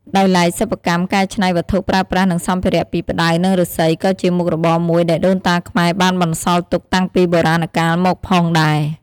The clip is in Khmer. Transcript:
ដោយឡែកសិប្បកម្មកែឆ្នៃវត្ថុប្រើប្រាស់និងសម្ភារៈពីផ្តៅនិងឬស្សីក៏ជាមុខរបរមួយដែលដូនតាខ្មែរបានបន្សល់ទុកតាំងពីបុរាណកាលមកផងដែរ។